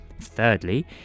Thirdly